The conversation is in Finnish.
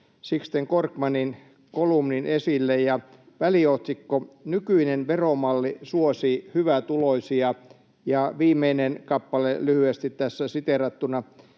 Sixten Korkmanin kolumnin esille. Väliotsikko: ”Nykyinen veromalli suosii hyvätuloisia”. Ja viimeinen kappale lyhyesti tässä siteerattuna: